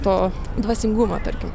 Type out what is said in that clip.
to dvasingumo tarkim